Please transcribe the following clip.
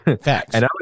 Facts